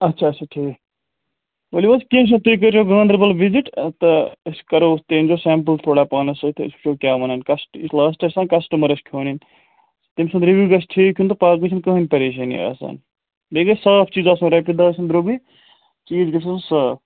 اچھا اچھا ٹھیٖک ؤلِو حظ کیٚنٛہہ چھِنہٕ تُہۍ کٔرِو گاندربل وِزِٹ تہٕ أسۍ کرو تُہۍ أنۍزیو سٮ۪مپٕل تھوڑا پانَس سۭتۍ تہٕ أسۍ وٕچھو کیٛاہ وَنَن کَسٹہٕ یُس لاسٹہٕ آسہِ نہ کَسٹٕمَرَس کھیوٚن تٔمۍ سُنٛد رِوِو گژھِ ٹھیٖک یُن تہٕ باقٕے چھِنہٕ کٕہۭنۍ پَریشٲنی آسان بیٚیہِ گژھِ صاف چیٖز آسُن رۄپیہِ دَہ آسَن درٛوٚگُے چیٖز گژھِ آسُن صاف